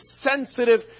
sensitive